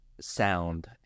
sound